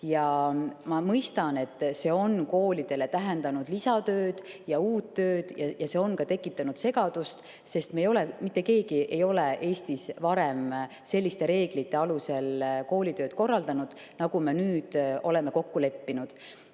ja ma mõistan, see on koolidele tähendanud lisatööd, uut tööd, ja see on tekitanud ka segadust, sest mitte keegi ei ole Eestis varem selliste reeglite alusel koolitööd korraldanud, nagu me nüüd oleme kokku leppinud. Mis